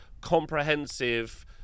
comprehensive